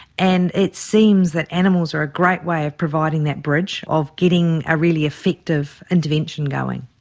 and it seems that animals are a great way of providing that bridge, of getting a really effective intervention going.